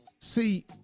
See